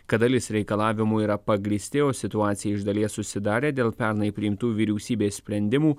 kad dalis reikalavimų yra pagrįsti o situacija iš dalies susidarė dėl pernai priimtų vyriausybės sprendimų